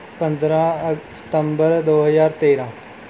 ਪੰਦਰ੍ਹਾਂ ਅਕ ਸਤੰਬਰ ਦੋ ਹਜ਼ਾਰ ਤੇਰ੍ਹਾਂ